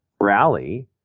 rally